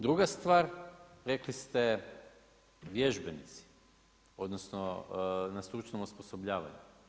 Druga stvar, rekli ste vježbenici, odnosno, na stručnom osposobljavanju.